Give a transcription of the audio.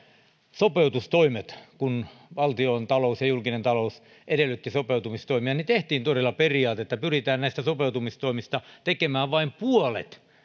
sopeutustoimet kun valtiontalous ja julkinen talous edellyttivät sopeutustoimia niin tehtiin todella periaate että pyritään näistä sopeutustoimista tekemään vain puolet